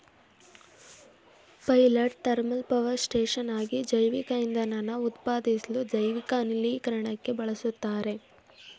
pilot thermal power ಸ್ಟೇಷನ್ಗಾಗಿ ಜೈವಿಕಇಂಧನನ ಉತ್ಪಾದಿಸ್ಲು ಜೈವಿಕ ಅನಿಲೀಕರಣಕ್ಕೆ ಬಳುಸ್ತಾರೆ